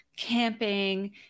camping